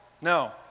No